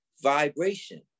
vibration